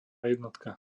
jednotka